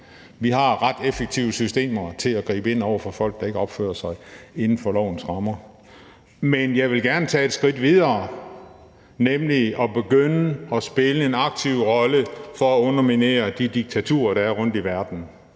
Vi har ret effektive systemer til at gribe ind over for folk, der ikke handler inden for lovens rammer. Men jeg vil gerne tage et skridt videre, nemlig at begynde at spille en aktiv rolle for at underminere de diktaturer, der er rundtomkring